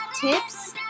tips